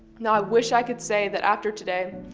now i wish i could say that after today,